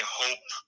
hope